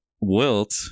wilt